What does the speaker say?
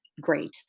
great